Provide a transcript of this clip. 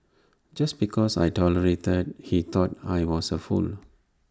just because I tolerated he thought I was A fool